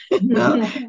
No